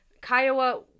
Kiowa